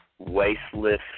Wasteless